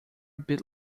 beat